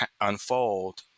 unfold